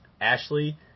Ashley